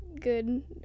good